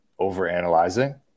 overanalyzing